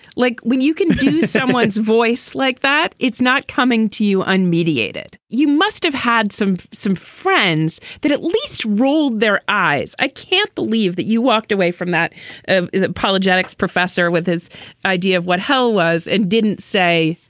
like when you can see someone's voice like that, it's not coming to you unmediated. you must have had some some friends that at least rolled their eyes. i can't believe that you walked away from that ah that apologetics professor with his idea of what hell was and didn't say,